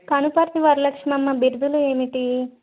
కనుపర్తి వరలక్ష్మమ్మ బిరుదులు ఏమిటి